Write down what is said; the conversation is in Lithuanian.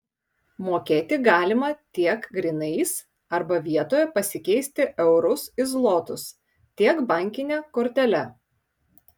mokėti galima tiek grynais arba vietoje pasikeisti eurus į zlotus tiek bankine kortele